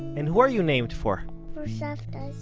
and who are you named for? for savta